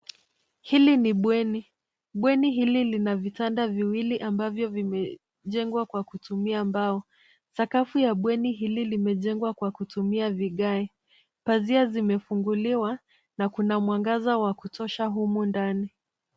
Hili ni bweni, bweni hili lina vitanda viwili ambavyo vimejengwa kwa kutumia mbao. Sakafu ya bweni hili limejengwa kwa kutumia vigae. Pazia zimefunguliwa na kuna mwanga wa kutosha humu ndani.